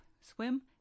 swim